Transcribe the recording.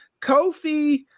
Kofi